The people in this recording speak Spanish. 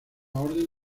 orden